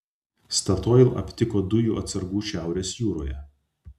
statoil aptiko dujų atsargų šiaurės jūroje